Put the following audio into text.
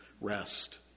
rest